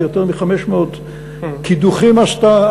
יותר מ-500 קידוחים עשתה.